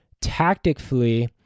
tactically